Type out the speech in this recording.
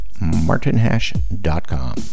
martinhash.com